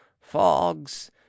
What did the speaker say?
fogs